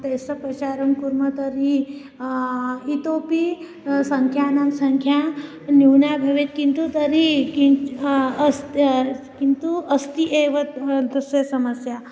तेषां प्रचारं कुर्मः तर्हि इतोपि सङ्ख्यानां सङ्ख्या न्यूना भवेत् किन्तु तर्हि किन् अस्ति किन्तु अस्ति एव तस्य समस्या